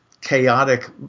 chaotic